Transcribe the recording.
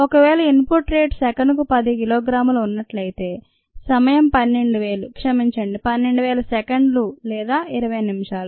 ఒకవేళ input rate సెకనుకు 10 kilogram లు ఉన్నట్లయితే సమయం 12000 క్షమించండి 1200 సెకండ్లు లేదా 20 నిమిషాలు